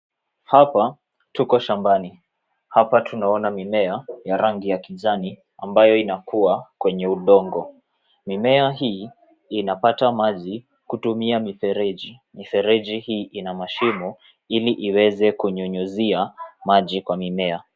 Hapa tuko shambani. Hapa tunaona mimea ya rangi ya kijani ambayo inakua kwenye udongo. Mimea hii inapata maji kutumia mifereji. Mifereji hii ina mashimo ili iweze kunyunyuzia maji kwa mimea.